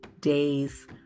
days